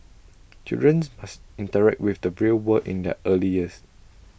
children must interact with the real world in their early years